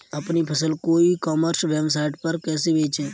अपनी फसल को ई कॉमर्स वेबसाइट पर कैसे बेचें?